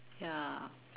ya